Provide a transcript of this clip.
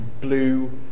blue